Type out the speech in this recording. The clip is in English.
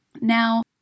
Now